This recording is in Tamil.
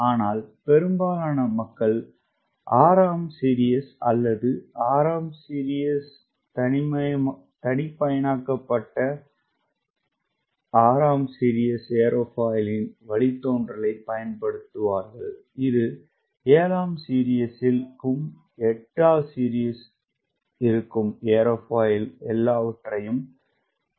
ஆனால் பெரும்பாலான மக்கள் 6 சீரிஸ் அல்லது 6 சீரிஸ் அல்லது தனிப்பயனாக்கப்பட்ட 6 சீரிஸ் ஏரோஃபாயிலின் வழித்தோன்றலைப் பயன்படுத்துவார்கள் இது 7 சீரிஸ் 8 சீரிஸுக்கு எல்லாவற்றையும் கொண்டுள்ளது